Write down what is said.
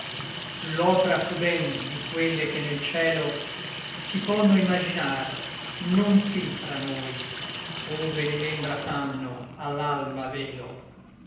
l'opra fu ben di quelle che nel cielo si ponno imaginar non qui tra noi ove le membra fanno a l'alma velo